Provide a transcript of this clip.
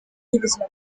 y’ubuzima